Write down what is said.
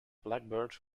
blackbird